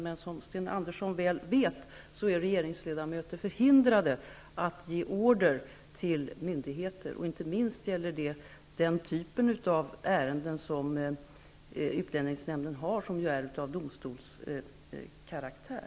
Men som Sten Andersson i Malmö väl vet är regeringsledamöter förhindrade att ge order till myndigheter. Det gäller inte minst den typen av ärenden som utlänningsnämnden handhar med domstolskaraktär.